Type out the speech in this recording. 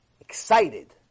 Excited